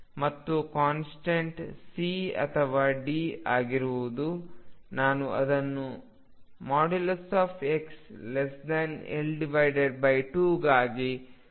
ಮತ್ತು constant C ಅಥವಾ D ಆಗಿರುವುದು ನಾನು ಅದನ್ನುxL2ಗಾಗಿ sin βx ಎಂದು ಕರೆಯಬಹುದು